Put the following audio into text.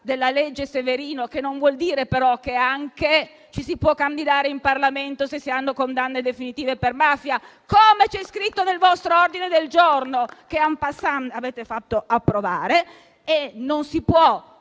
della legge Severino, che non vuol dire però che ci si può candidare in Parlamento se si hanno condanne definitive per mafia, come c'è scritto nel vostro ordine del giorno, che *en passant* avete fatto approvare, e non si può